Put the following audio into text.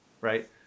right